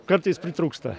kartais pritrūksta